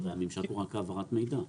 הרי הממשק הוא רק העברת מידע.